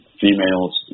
females